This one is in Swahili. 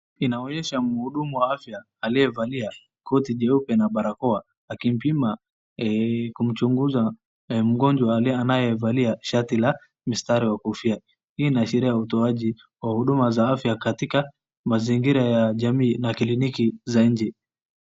Inaonyesha mhudumu wa afya aliyevalia koti jeupe na barakoa, akimpima, kumchunguza mgojwa anayevalia shati la mistari wa kofia. Hii inaashiria itoaji wa huduma za afya kayika mazingira ya jamii na kliniki za nje.